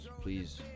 please